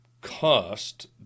cost